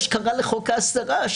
זה הרי מה שקרה לחוק ההסדרה.